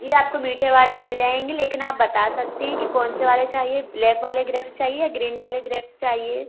ये आपको मीठे वाले मिल जाएँगे लेकिन आप बता सकते हैं कि कौन से वाले चाहिए ब्लैक वाले ग्रेप्स चाहिए या ग्रीन वाले ग्रेप्स चाहिए